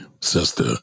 sister